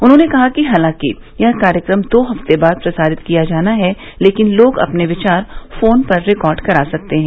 उन्होंने कहा कि हालांकि यह कार्यक्रम दो हफ्ते बाद प्रसारित किया जाना है लेकिन लोग अपने विचार फोन पर रिकार्ड करा सकते हैं